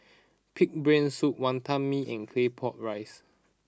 Pig'S Brain Soup Wantan Mee and Claypot Rice